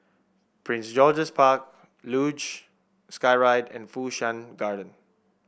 Prince George's Park Luge Skyride and Fu Shan Garden